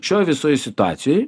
šioj visoj situacijoj